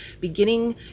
beginning